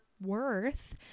worth